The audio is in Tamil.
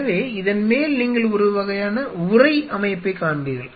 எனவே இதன் மேல் நீங்கள் ஒரு வகையான உறை அமைப்பைக் காண்பீர்கள்